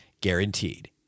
guaranteed